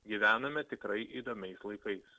gyvename tikrai įdomiais laikais